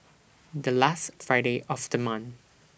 The last Friday of The month